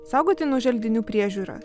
saugotinų želdinių priežiūra